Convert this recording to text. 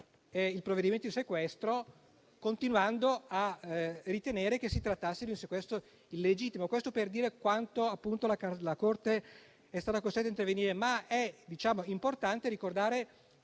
il provvedimento di sequestro, continuando a ritenere che si trattasse di un sequestro illegittimo. Questo per dire quanto la Corte è stata costretta a intervenire. È importante ricordare